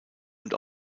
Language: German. und